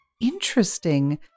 interesting